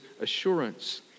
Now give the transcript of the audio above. assurance